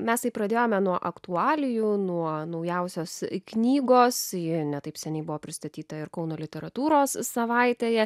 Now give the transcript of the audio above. mes taip pradėjome nuo aktualijų nuo naujausios knygos ji ne taip seniai buvo pristatyta ir kauno literatūros savaitėje